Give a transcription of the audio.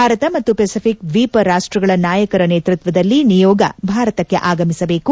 ಭಾರತ ಮತ್ತು ಪೆಸಿಫಿಕ್ ದ್ವೀಪ ರಾಷ್ಟ್ರಗಳ ನಾಯಕರ ನೇತೃತ್ವದಲ್ಲಿ ನಿಯೋಗ ಭಾರತಕ್ಕೆ ಆಗಮಿಸಬೇಕು